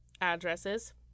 addresses